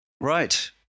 Right